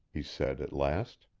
he said, at last.